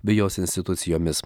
bei jos institucijomis